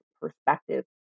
perspective